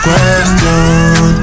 Question